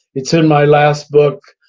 it's in my last book,